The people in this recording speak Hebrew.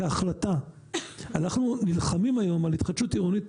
כהחלטה, אנחנו נלחמים היום על התחדשות עירונית